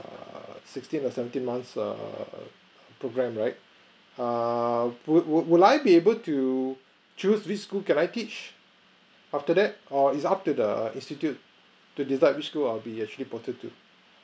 err sixteen or seventeen months err programme right err would would would I be able to choose which school can I teach after that or is up to the institute to decide which school I'll be actually ported to